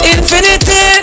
Infinity